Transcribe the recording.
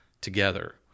together